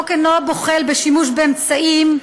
הוא אינו בוחל בשימוש באמצעים,